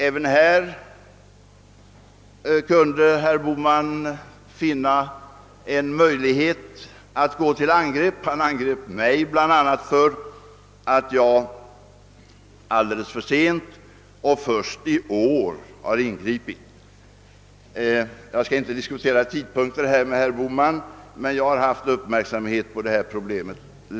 Även här kunde herr Bohman finna en möjlighet till angrepp — han attackerade mig bl.a. för att jag ingripit först i år. Jag skall inte diskutera tidpunkten med herr Bohman, men jag vill säga att jag länge har haft uppmärksamheten riktad på problemet.